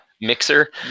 mixer